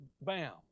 bam